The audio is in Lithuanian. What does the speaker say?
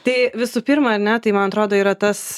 tai visų pirma ar ne tai man atrodo yra tas